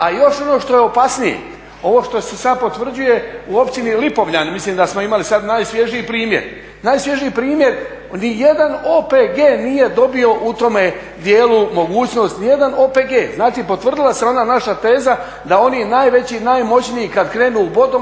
A još ono što je opasnije, ovo što se sad potvrđuje u Općini Lipovljani, mislim da smo imali sad najsvježiji primjer, najsvježiji primjer ni jedan OPG nije dobio u tome dijelu mogućnost, ni jedan OPG. Znači potvrdila se ona naša teza da oni najveći, najmoćniji kad krenu u bodovanje